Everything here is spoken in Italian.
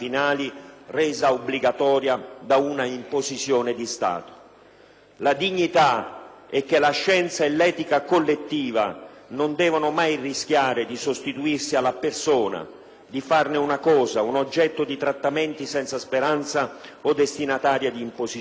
resa obbligatoria da un'imposizione di Stato. La dignità è che la scienza e l'etica collettiva non devono mai rischiare di sostituirsi alla persona, di farne una cosa, un oggetto di trattamenti senza speranza o destinataria di imposizioni.